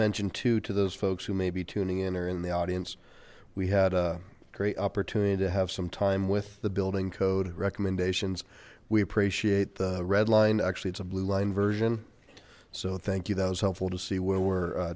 mention to to those folks who may be tuning in or in the audience we had a great opportunity to have some time with the building code recommendations we appreciate the red line actually it's a blue line version so thank you that was helpful to see where we're